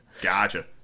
Gotcha